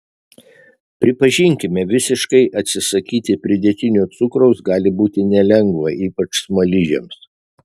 pripažinkime visiškai atsisakyti pridėtinio cukraus gali būti nelengva ypač smaližiams